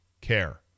care